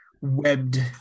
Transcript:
webbed